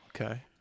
okay